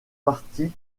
partie